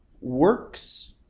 works